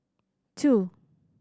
two